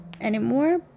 anymore